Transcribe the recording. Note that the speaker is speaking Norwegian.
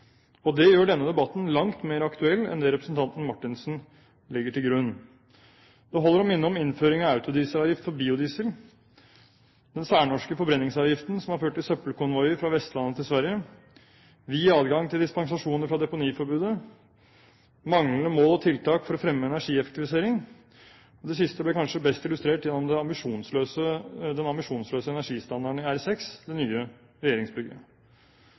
og det gjør denne debatten langt mer aktuell enn det representanten Marthinsen legger til grunn. Det holder å minne om innføring av autodieselavgift for biodiesel, den særnorske forbrenningsavgiften som har ført til søppelkonvoier fra Vestlandet til Sverige, vid adgang til dispensasjoner fra deponiforbudet og manglende mål og tiltak for å fremme energieffektivisering – det siste ble kanskje best illustrert gjennom den ambisjonsløse energistandarden i R6, det nye